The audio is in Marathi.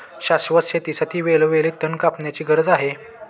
शाश्वत शेतीसाठी वेळोवेळी तण कापण्याची गरज आहे